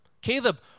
Caleb